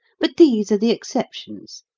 but these are the exceptions.